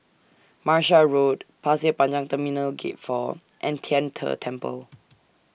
Martia Road Pasir Panjang Terminal Gate four and Tian Te Temple